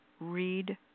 read